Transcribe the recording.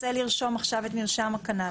רוצה לרשום עכשיו את מרשם הקנביס,